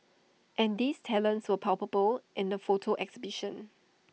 and these talents were palpable in the photo exhibition